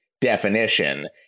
definition